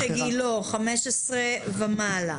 ספורטאי שגילו 15 ומעלה